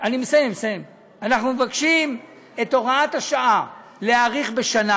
אנחנו מבקשים את הוראת השעה להאריך בשנה.